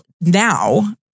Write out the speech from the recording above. now